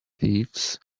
thieves